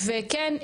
וכן,